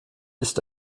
ist